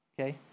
Okay